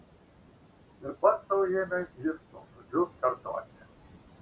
ir pats sau ėmė jis tuos žodžius kartoti